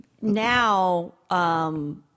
now –